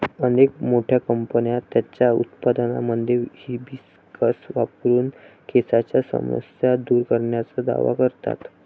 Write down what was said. अनेक मोठ्या कंपन्या त्यांच्या उत्पादनांमध्ये हिबिस्कस वापरून केसांच्या समस्या दूर करण्याचा दावा करतात